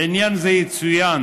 לעניין זה יצוין,